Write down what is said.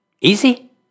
Easy